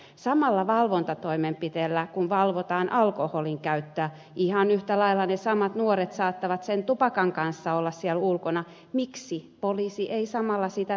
miksi poliisi ei tupakan suhteen voisi käyttää samaa valvontatoimenpidettä kuin millä valvotaan alkoholinkäyttöä koska ihan yhtä lailla ne samat nuoret saattavat sen tupakan kanssa olla siellä ulkona